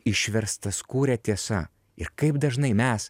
išverstaskūrė tiesa ir kaip dažnai mes